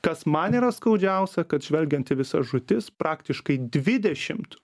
kas man yra skaudžiausia kad žvelgiant į visas žūtis praktiškai dvidešimt